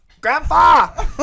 Grandpa